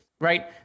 right